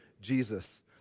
Jesus